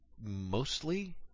mostly